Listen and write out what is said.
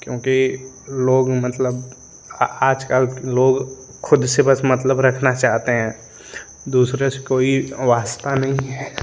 क्योंकि लोग मतलब आजकल लोग ख़ुद से बस मतलब रखना चाहते हैं दूसरे से कोई वास्ता नहीं है